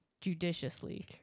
judiciously